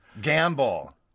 Gamble